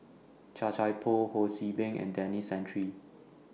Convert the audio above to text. Chia Thye Poh Ho See Beng and Denis Santry